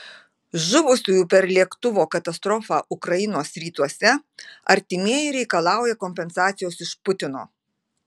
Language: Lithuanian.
žuvusiųjų per lėktuvo katastrofą ukrainos rytuose artimieji reikalauja kompensacijos iš putino